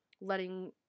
letting